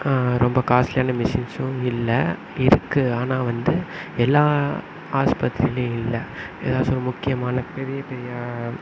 ரொம்ப காஸ்ட்லியான மிஷின்ஸும் இல்லை இருக்கு ஆனால் வந்து எல்லா ஆஸ்பத்திரிலேயும் இல்லை ஏதாச்சும் ஒரு முக்கியமான பெரிய பெரிய